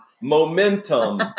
momentum